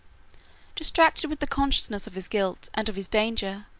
distracted with the consciousness of his guilt and of his danger,